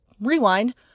rewind